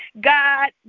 God